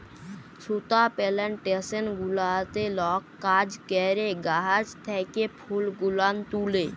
সুতা পেলেনটেসন গুলাতে লক কাজ ক্যরে গাহাচ থ্যাকে ফুল গুলান তুলে